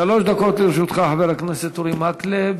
שלוש דקות לרשותך, חבר הכנסת אורי מקלב.